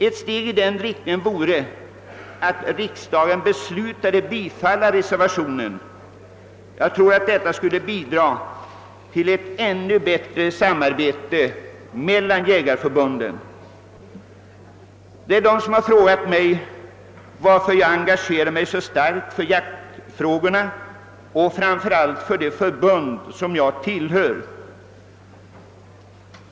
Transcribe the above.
Ett steg i den riktningen vore att riksdagen beslutade bifalla reservationen — det skulle bidra till ett ännu bättre samarbete mellan jägarförbunden. Det finns de som frågat mig varför jag engagerat mig så starkt för jaktfrågorna och framför allt för det förbund jag tillhör.